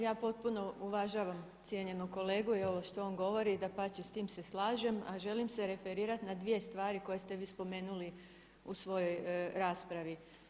Ja potpuno uvažavam cijenjenog kolegu i ovo što on govori, dapače s tim se slažem, a želim se referirati na dvije stvari koje ste vi spomenuli u svojoj raspravi.